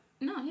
No